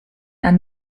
ein